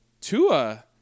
Tua